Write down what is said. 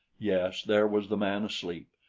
yes, there was the man asleep.